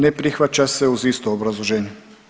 Ne prihvaća se uz isto obrazloženje.